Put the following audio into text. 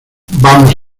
vamos